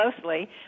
closely